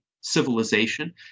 civilization